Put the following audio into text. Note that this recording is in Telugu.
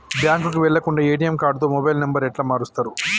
బ్యాంకుకి వెళ్లకుండా ఎ.టి.ఎమ్ కార్డుతో మొబైల్ నంబర్ ఎట్ల మారుస్తరు?